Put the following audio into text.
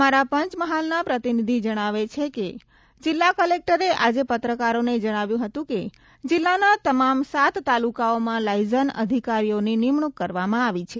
અમારા પંચમહાલના પ્રતિનિધિ જણાવે છે કે જિલ્લા ક્લેક્ટરે આજે પત્રકારોને જણાવ્યું હતું કે જિલ્લાના તમામ સાત તાલુકાઓમાં લાયઝન આધિકારીઓની નિમણૂંક કરવામાં આવી છે